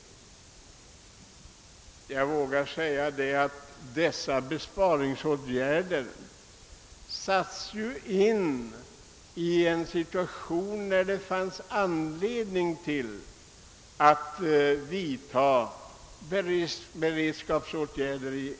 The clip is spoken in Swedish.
Jag vågar säga att dessa besparingsåtgärder sattes in när det fanns anledning att vidta beredskapsåtgärder.